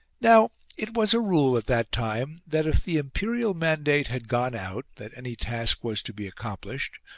now it was a rule at that time that if the imperial mandate had gone out that any task was to be accomplished,